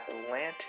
Atlantis